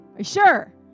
sure